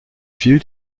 viel